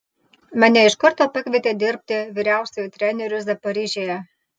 mane iš karto pakvietė dirbti vyriausiuoju treneriu zaporižėje